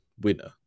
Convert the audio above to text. winner